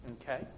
Okay